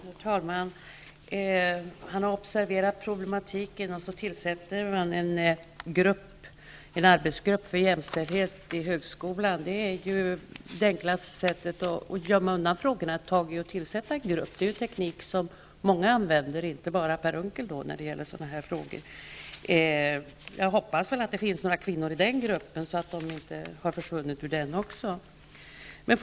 Herr talman! Per Unckel har alltså observerat problematiken. Så tillsätter man en arbetsgrupp för jämställdhet i högskolan. Det enklaste sättet att gömma undan frågorna är att tillsätta en arbetsgrupp. Det är en teknik som många använder, inte bara Per Unckel, i sådana här frågor. Jag hoppas att det finns några kvinnor i den arbetsgruppen.